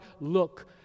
look